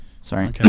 Sorry